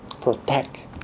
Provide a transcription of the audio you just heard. protect